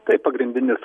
tai pagrindinis